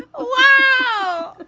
oh wow.